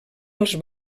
els